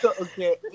okay